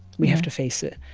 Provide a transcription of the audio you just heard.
we have to face it.